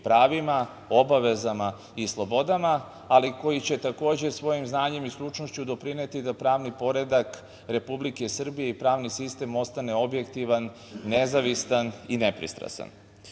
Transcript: pravima, obavezama i slobodama, ali koji će, takođe, svojim znanjem i stručnošću doprineti da pravni poredak Republike Srbije i pravni sistem ostane objektivan, nezavistan i nepristrastan. Ova